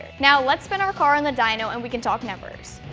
now let's spin our car in the dyno and we can talk numbers.